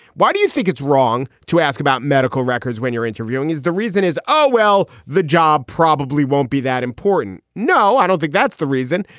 why do you think it's wrong to ask about medical records when you're interviewing? is the reason is. oh, well, the job probably won't be that important. no, i don't think that's the reason.